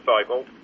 cycle